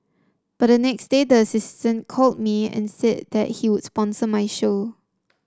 but the next day the assistant called me and said that he would sponsor my show